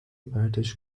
پرتش